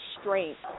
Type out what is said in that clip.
strength